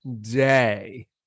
day